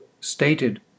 stated